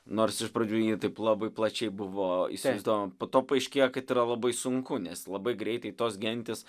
nors iš pradžių ji taip labai plačiai buvo įsivaizduojama po to paaiškėjo kad yra labai sunku nes labai greitai tos gentys